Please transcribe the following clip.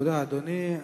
תודה, אדוני.